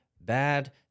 bad